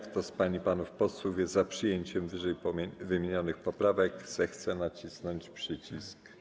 Kto z pań i panów posłów jest za przyjęciem ww. poprawek, zechce nacisnąć przycisk.